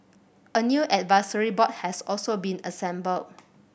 a new advisory board has also been assembled